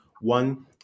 one